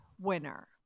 winner